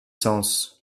sens